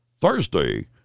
thursday